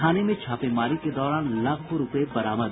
थाने में छापेमारी के दौरान लाखों रूपये बरामद